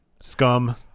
Scum